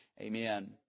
Amen